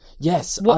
Yes